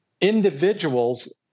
individuals